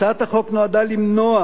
הצעת החוק נועדה למנוע